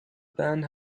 band